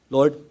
Lord